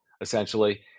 essentially